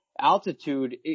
altitude